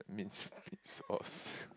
minced meat sauce